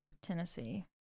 Tennessee